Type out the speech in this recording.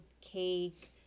cake